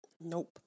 nope